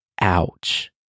Ouch